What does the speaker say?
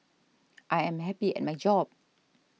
I am happy at my job